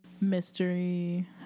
Mystery